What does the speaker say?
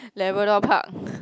Labrador-Park